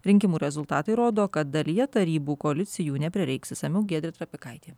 rinkimų rezultatai rodo kad dalyje tarybų koalicijų neprireiks išsamiau giedrė trapikaitė